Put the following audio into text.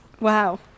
Wow